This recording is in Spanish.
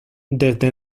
desde